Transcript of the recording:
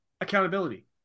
Accountability